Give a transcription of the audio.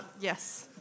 Yes